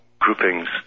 groupings